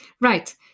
Right